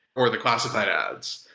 or the classified ads,